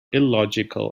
illogical